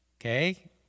Okay